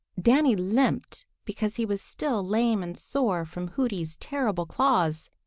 danny limped because he was still lame and sore from hooty's terrible claws,